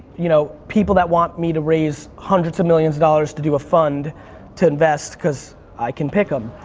you know people that want me to raise hundreds of millions of dollars to do a fund to invest cause i can pick em.